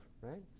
right